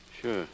Sure